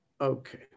Okay